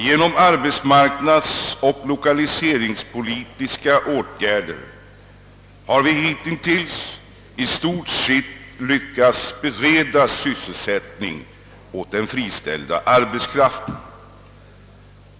Genom arbetsmarknadsoch lokaliseringspolitiska åtgärder har vi hitintills i stort sett lyckats bereda sysselsättning åt den friställda arbetskraften.